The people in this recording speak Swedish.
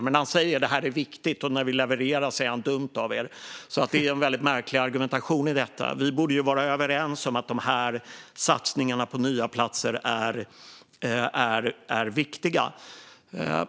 Men han säger att det här är viktigt, och när vi levererar säger han att det är dumt av oss. Det är en märklig argumentation. Vi borde ju vara överens om att satsningarna på nya platser är viktiga.